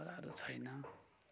छोराहरू छैन